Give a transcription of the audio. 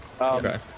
Okay